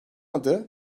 adı